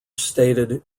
stated